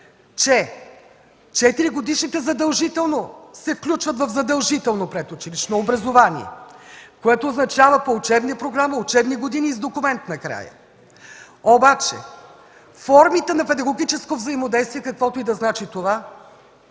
че 4-годишните задължително се включват в задължително предучилищно образование, което означава по учебни програми, учебни години и с документ накрая. Обаче формите на педагогическо взаимодействие, каквото и да значи това,